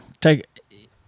take